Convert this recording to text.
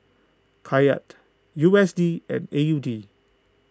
Kyat U S D and A U D